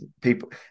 people